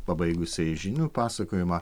pabaigusiai žinių pasakojimą